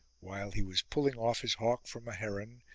while he was pulling off his hawk from a heron,